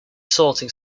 sorting